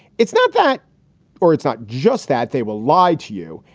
it's not that or it's not just that they will lie to you.